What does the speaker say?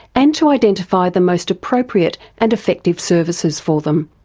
and to identify the most appropriate and effective services for them.